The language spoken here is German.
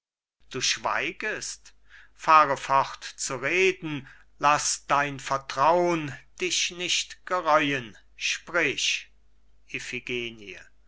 du schweigest fahre fort zu reden laß dein vertraun dich nicht gereuen sprich